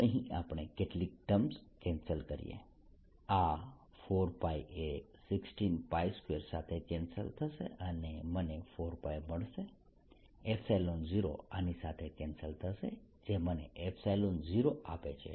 ચાલો અહીં આપણે કેટલીક ટર્મ્સ કેન્સલ કરીએ આ 4π એ 162 સાથે કેન્સલ થશે અને મને 4π મળશે 0આની સાથે કેન્સલ થશે જે મને 0 આપે છે